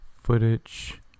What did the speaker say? Footage